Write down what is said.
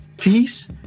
peace